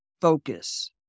focus